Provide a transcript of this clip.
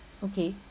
okay